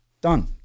Done